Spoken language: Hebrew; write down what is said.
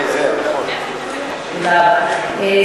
תודה רבה.